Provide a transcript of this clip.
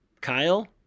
Kyle